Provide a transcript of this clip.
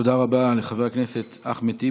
תודה רבה לחבר הכנסת אחמד טיבי.